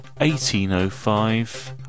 1805